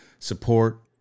support